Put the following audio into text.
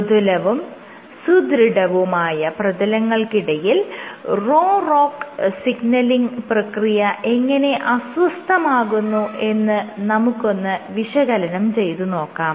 മൃദുലവും സുദൃഢവുമായ പ്രതലങ്ങൾക്കിടയിൽ Rho ROCK signalling പ്രക്രിയ എങ്ങനെ അസ്വസ്ഥമാകുന്നു എന്ന് നമുക്കൊന്ന് വിശകലനം ചെയ്തുനോക്കാം